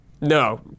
No